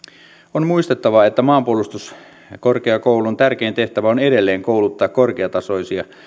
on muistettava että maanpuolustuskorkeakoulun tärkein tehtävä on edelleen kouluttaa korkeatasoisia